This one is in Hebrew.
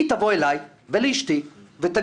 היא תבוא אליי ולאשתי ותגיד: